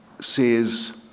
says